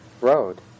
road